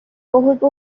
বহুত